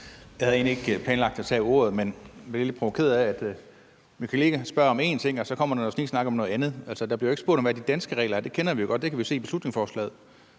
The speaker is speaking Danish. Jeg havde egentlig ikke planlagt at tage ordet, men blev lidt provokeret af, at min kollega spørger om en ting, og så kommer der noget sniksnak om noget andet. Der bliver ikke spurgt om, hvad de danske regler er, for dem kender vi godt, og dem kan vi se i beslutningsforslaget.